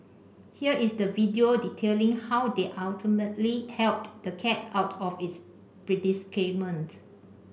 here is the video detailing how they ultimately helped the cat out of its predicament